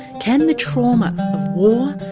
can the trauma of war,